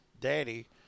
Daddy